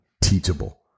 teachable